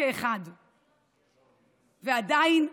עדיין,